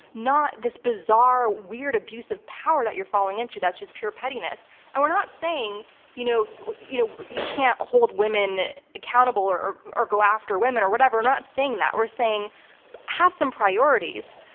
not this bizarre weird abuse of power that you're falling into that's just pure pettiness and we're not saying you know you know you can't hold women accountable or or go after women or whatever not saying that we're saying have some priorities.